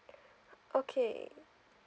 okay